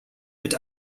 mit